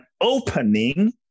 opening